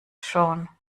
schon